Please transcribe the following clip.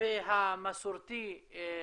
והמסורתי שבטי.